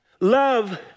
Love